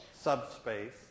subspace